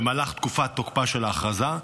במהלך תקופת תוקפה של ההכרזה,